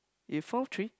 we found three